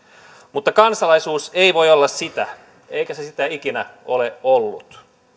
mutta kansalaisuus ei voi olla sitä eikä se sitä ikinä ole ollut